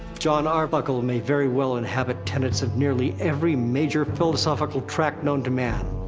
jon arbuckle and may very well inhabit tenets of nearly every major philosophical tract known to man.